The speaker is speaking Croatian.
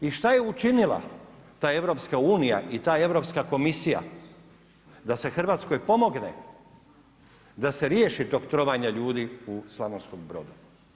I šta je učinila ta EU i ta Europska komisija da se Hrvatskoj pomogne da se riješi tog trovanja ljudi u Slavonskom Brodu?